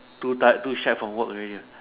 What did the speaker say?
too die too shag from work already